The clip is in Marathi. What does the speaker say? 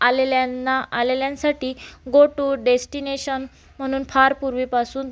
आलेल्यांना आलेल्यांसाठी गो टू डेस्टिनेशन म्हणून फार पूर्वीपासून